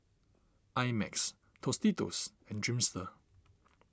I Max Tostitos and Dreamster